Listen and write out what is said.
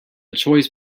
choice